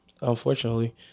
unfortunately